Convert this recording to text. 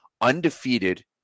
undefeated